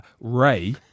Ray